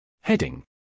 Heading